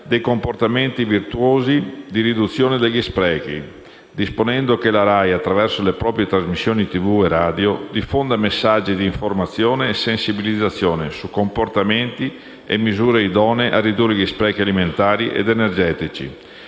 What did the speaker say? dei comportamenti virtuosi di riduzione degli sprechi, disponendo che la RAI, attraverso le proprie trasmissioni televisive e radiofoniche, diffonda messaggi di informazione e sensibilizzazione su comportamenti e misure idonei a ridurre gli sprechi alimentari ed energetici.